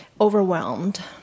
overwhelmed